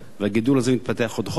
והגידול הזה מתפתח עוד חודש,